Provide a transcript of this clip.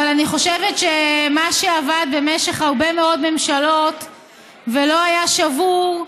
אבל אני חושבת שמה שעבד במשך הרבה מאוד ממשלות ולא היה שבור,